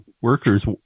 workers